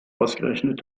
ausgerechnet